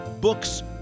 books